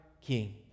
King